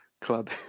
club